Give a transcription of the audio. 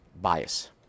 bias